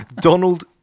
Donald